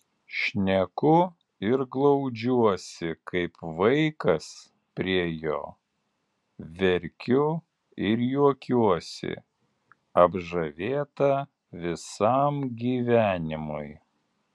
šneku ir glaudžiuosi kaip vaikas prie jo verkiu ir juokiuosi apžavėta visam gyvenimui